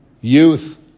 Youth